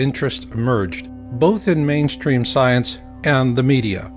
interest emerged both in mainstream science and the media